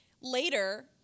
later